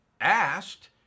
asked